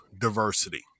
diversity